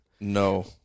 No